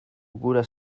gura